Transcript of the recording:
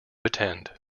attend